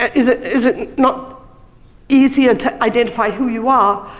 is it is it not easier to identify who you are,